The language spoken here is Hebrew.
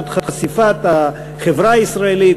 זאת חשיפת החברה הישראלית,